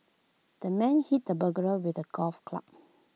the man hit the burglar with A golf club